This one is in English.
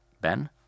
Ben